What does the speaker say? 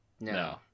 No